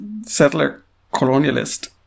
settler-colonialist